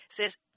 says